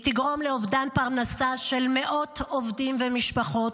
היא תגרום לאובדן פרנסה של מאות עובדים ומשפחות,